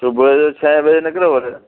सुबुह जो छहें बजे निकिरो भले